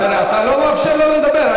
אתה לא מאפשר לו לדבר.